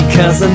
Cause